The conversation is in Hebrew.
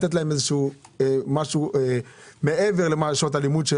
לתת להם משהו מעבר לשעות הלימוד,